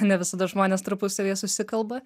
ne visada žmonės tarpusavyje susikalba